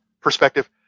perspective